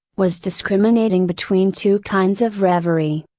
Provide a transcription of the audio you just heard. was discriminating between two kinds of reverie.